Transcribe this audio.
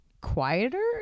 quieter